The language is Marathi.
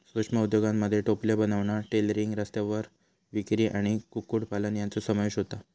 सूक्ष्म उद्योगांमध्ये टोपले बनवणा, टेलरिंग, रस्त्यावर विक्री आणि कुक्कुटपालन यांचो समावेश होता